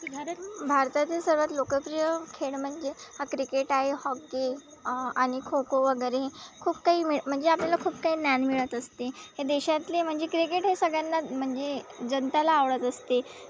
भारत भारतातील सर्वात लोकप्रिय खेळ म्हणजे हा क्रिकेट आहे हॉकी आणि खो खो वगेरे खूप काही मिळ म्हणजे आपल्याला खूप काही ज्ञान मिळत असते हे देशातले म्हणजे क्रिकेट हे सगळ्यांनाच म्हणजे जनताला आवडत असते